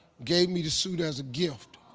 gave me the suit as a gift.